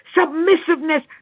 Submissiveness